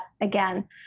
again